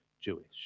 Jewish